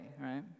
right